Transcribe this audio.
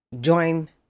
join